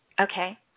Okay